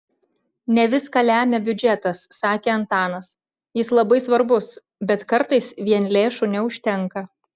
ne viską lemia biudžetas sakė antanas jis labai svarbus bet kartais vien lėšų neužtenka